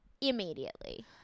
immediately